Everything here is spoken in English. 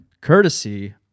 courtesy